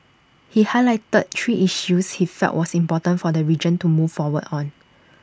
he highlighted three issues he felt was important for the region to move forward on